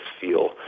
feel